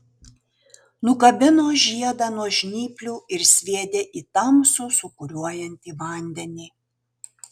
nukabino žiedą nuo žnyplių ir sviedė į tamsų sūkuriuojantį vandenį